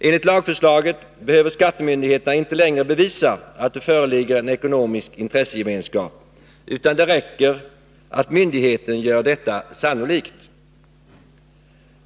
Enligt lagförslaget behöver skattemyndigheterna inte längre bevisa att det föreligger en ekonomisk intressegemenskap, utan det räcker att myndigheten gör detta sannolikt.